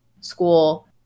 school